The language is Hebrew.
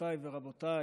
גבירותיי ורבותיי,